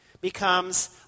becomes